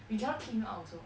we cannot kick him out also